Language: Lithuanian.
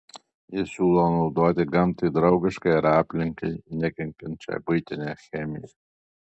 jis siūlo naudoti gamtai draugišką ir aplinkai nekenkiančią buitinę chemiją